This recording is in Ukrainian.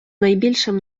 найбільшим